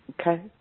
Okay